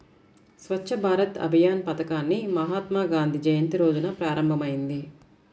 స్వచ్ఛ్ భారత్ అభియాన్ పథకాన్ని మహాత్మాగాంధీ జయంతి రోజున ప్రారంభమైంది